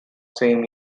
same